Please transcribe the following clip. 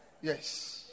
Yes